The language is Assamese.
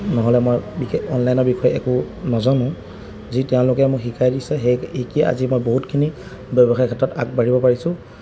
নহ'লে মই বিশেষ অনলাইনৰ বিষয়ে একো নাজানো যি তেওঁলোকে মোক শিকাই দিছে সেই শিকিয়ে আজি মই বহুতখিনি ব্যৱসায়ৰ ক্ষেত্ৰত আগবাঢ়িব পাৰিছোঁ